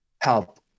help